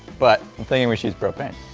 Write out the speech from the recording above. but, i'm thinking we should use propane.